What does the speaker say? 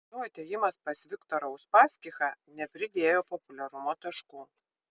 ir jo atėjimas pas viktorą uspaskichą nepridėjo populiarumo taškų